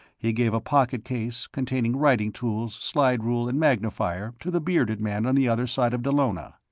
he gave a pocket case, containing writing tools, slide rule and magnifier, to the bearded man on the other side of dallona.